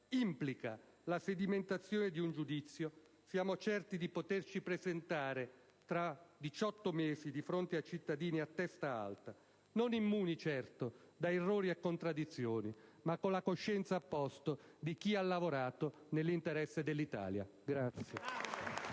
implica la sedimentazione di un giudizio, siamo certi di poterci presentare, tra due anni, di fronte ai cittadini a testa alta. Non immuni, certo, da errori e contraddizioni, ma con la coscienza a posto di chi ha lavorato nell'interesse dell'Italia.